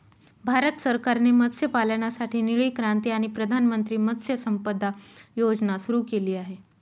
भारत सरकारने मत्स्यपालनासाठी निळी क्रांती आणि प्रधानमंत्री मत्स्य संपदा योजना सुरू केली आहे